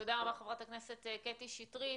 תודה רבה חברת הכנסת קטי שטרית.